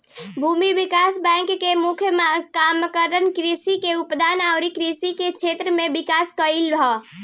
भूमि विकास बैंक के मुख्य मकसद कृषि के उत्पादन आ कृषि के क्षेत्र में विकास कइल ह